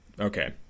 Okay